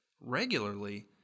regularly